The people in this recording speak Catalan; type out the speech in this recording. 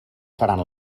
seran